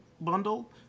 bundle